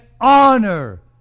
honor